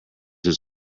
his